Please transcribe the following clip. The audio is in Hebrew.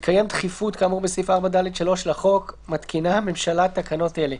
ובהתקיים דחיפות כאמור בסעיף 4(ד)(3) לחוק מתקינה הממשלה תקנות אלה: